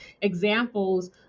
examples